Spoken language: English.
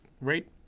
Right